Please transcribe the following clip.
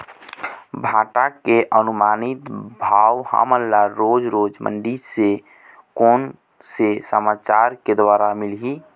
भांटा के अनुमानित भाव हमन ला रोज रोज मंडी से कोन से समाचार के द्वारा मिलही?